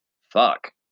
fuck